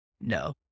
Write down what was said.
no